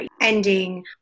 ending